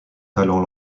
talents